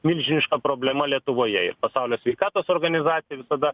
milžiniška problema lietuvoje ir pasaulio sveikatos organizacija visada